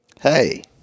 hey